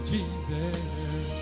Jesus